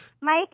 Mike